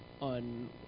on